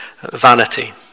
vanity